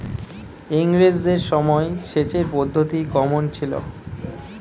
ইঙরেজদের সময় সেচের পদ্ধতি কমন ছিল?